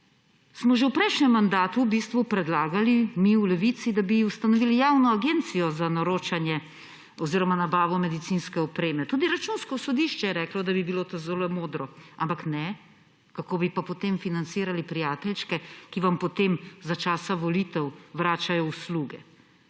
Že v prejšnjem mandatu smo v bistvu predlagali mi v Levici, da bi ustanovili javno agencijo za naročanje oziroma nabavo medicinske opreme. Tudi Računsko sodišče je reklo, da bi bilo to zelo modro. Ampak ne, kako bi pa potem financirali prijateljčke, ki vam potem za časa volitev vračajo usluge.